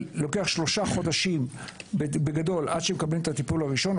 לוקח שלושה חודשים או חודשיים עד שמקבלים את הטיפול הראשון,